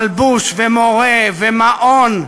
מלבוש ומורה ומעון,